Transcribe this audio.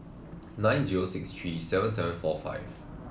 nine zero six three seven seven four five